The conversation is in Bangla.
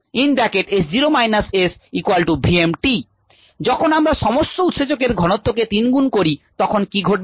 Or যখন আমরা সমস্ত উৎসেচকের ঘনত্বকে তিনগুণ করি তখন কি ঘটবে